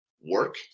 work